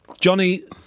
Johnny